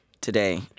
today